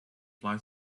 fly